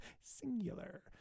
Singular